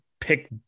pick